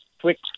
quick